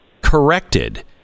corrected